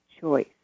choice